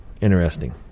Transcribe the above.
Interesting